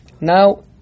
Now